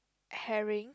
haring